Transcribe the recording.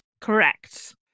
Correct